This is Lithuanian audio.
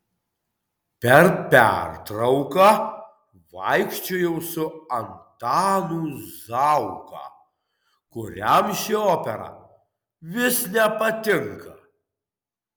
per pertrauką vaikščiojau su antanu zauka kuriam ši opera vis nepatinka